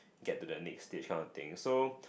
get to the next stage kind of thing so